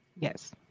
Yes